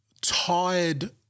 tired